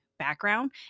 background